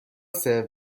سرو